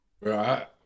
right